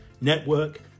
network